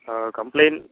ஆ complaint